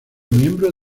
miembro